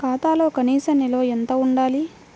ఖాతాలో కనీస నిల్వ ఎంత ఉండాలి?